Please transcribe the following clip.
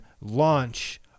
launch